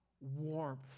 warmth